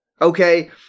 okay